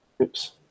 Oops